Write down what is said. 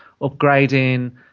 upgrading